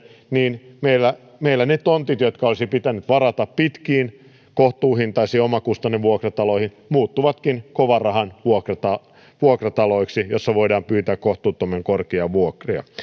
niin meillä meillä ne tontit jotka olisi pitänyt varata pitkiin kohtuuhintaisiin omakustannevuokrataloihin muuttuvatkin kovan rahan vuokrataloiksi joista voidaan pyytää kohtuuttoman korkeita vuokria